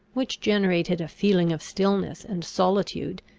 which generated a feeling of stillness and solitude,